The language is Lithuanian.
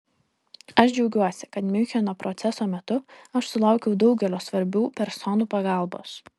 aš džiaugiuosi kad miuncheno proceso metu aš sulaukiau daugelio svarbių personų pagalbos